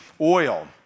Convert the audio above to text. oil